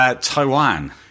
Taiwan